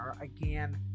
again